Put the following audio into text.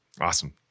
awesome